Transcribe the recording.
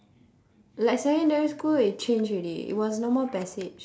like secondary school they change already it was no more passage